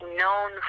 known